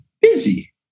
busy